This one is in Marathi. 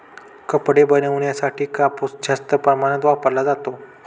कपडे बनवण्यासाठी कापूस जास्त प्रमाणात वापरला जातो